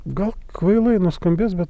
gal kvailai nuskambės bet